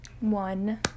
one